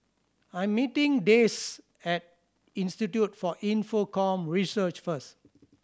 I'm meeting Dayse at Institute for Infocomm Research first